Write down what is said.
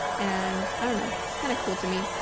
and, i don't know, it's kinda cool to me.